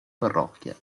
parrocchie